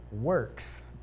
works